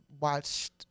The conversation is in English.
watched